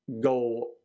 go